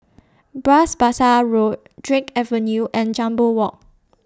Bras Basah Road Drake Avenue and Jambol Walk